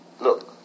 Look